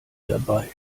dabei